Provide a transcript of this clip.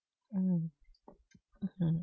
mm mmhmm